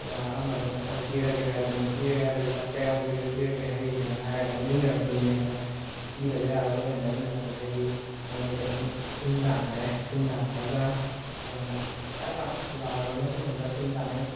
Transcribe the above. ꯑꯃꯗꯨꯅ ꯍꯣꯏ ꯄꯤꯔꯒꯦ ꯍꯥꯏꯕꯅꯤ ꯄꯤꯔꯒꯦ ꯍꯥꯏꯕꯁꯤꯗ ꯀꯌꯥꯝ ꯀꯨꯏꯔꯒꯦ ꯄꯤꯔꯒꯦ ꯍꯥꯏꯔꯛꯏꯁꯦ ꯑꯅꯥ ꯍꯥꯏꯔꯒ ꯑꯗꯨꯝ ꯏꯟꯅꯔꯛꯈꯤꯕꯅꯦ ꯑꯗꯣ ꯄꯤꯗꯕ ꯌꯥꯔꯣꯏ ꯈꯣꯠꯂꯣꯏꯅ ꯏꯟꯅꯔꯛꯄꯗꯒꯤ ꯃꯣꯏꯅꯤꯁꯦ ꯑꯗꯨꯝ ꯆꯤꯟ ꯇꯥꯟꯅꯔꯦ ꯆꯤꯟ ꯇꯥꯟꯅꯔꯒ ꯌꯥꯝꯅ ꯀꯟꯅ ꯂꯥꯎꯅꯗꯅ ꯈꯣꯠꯅꯗꯅ ꯆꯤꯟ ꯇꯥꯟꯅꯩ